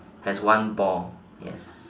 has one ball yes